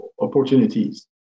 opportunities